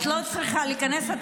את לא צריכה להיכנס.